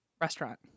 restaurant